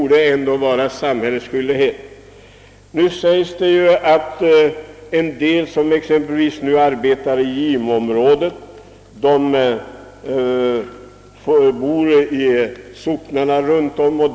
Nu framhålles, att en del av den arbetskraft, som är sysselsatt i gimoområdet, bor i socknarna runt om.